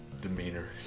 demeanor